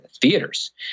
theaters